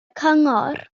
cyngor